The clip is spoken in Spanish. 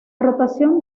rotación